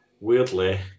weirdly